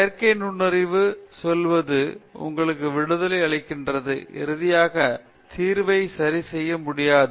எனவே செயற்கை நுண்ணறிவு சொல்வது உங்களுக்கு விடுதலை அளிக்கிறது இறுதியாக தீர்வை சரி செய்ய முடியாது